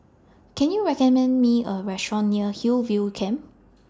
Can YOU recommend Me A Restaurant near Hillview Camp